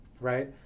right